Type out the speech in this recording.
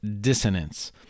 dissonance